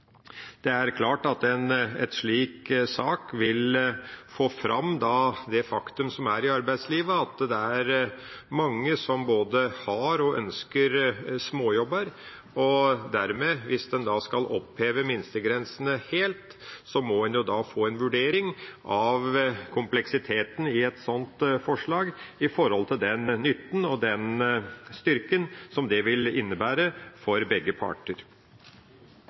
Det er klart at en slik sak vil få fram det faktum som er i arbeidslivet, at det er mange som både har og ønsker småjobber. Hvis en da skal oppheve minstegrensene helt, må en få en vurdering av kompleksiteten i et sånt forslag i forhold til den nytten og den styrken som det vil innebære for begge parter.